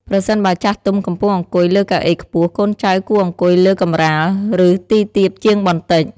ប្រសិនបើចាស់ទុំកំពុងអង្គុយលើកៅអីខ្ពស់ កូនចៅគួរអង្គុយលើកម្រាល ឬទីទាបជាងបន្តិច។